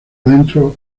adentro